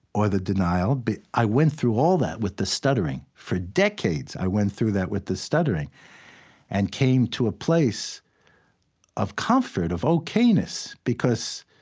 or the denial. but i went through all that with the stuttering. for decades, i went through that with the stuttering and came to a place of comfort, of ok-ness, because